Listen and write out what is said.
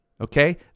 okay